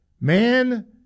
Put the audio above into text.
Man